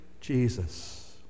Jesus